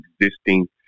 existing